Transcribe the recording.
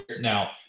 Now